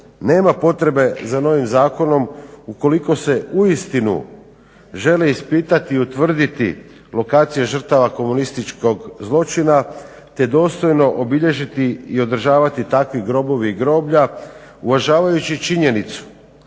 nema potrebe za novim zakonom ukoliko se uistinu želi ispitati i utvrditi lokacija žrtava komunističkog zločina te dostojno obilježiti i održavati takvi grobovi i groblja uvažavajući činjenicu